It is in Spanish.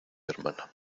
hermana